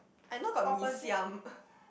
I know got mee siam